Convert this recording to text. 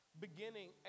beginning